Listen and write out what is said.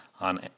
on